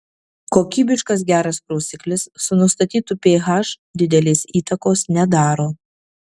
kokybiškas geras prausiklis su nustatytu ph didelės įtakos nedaro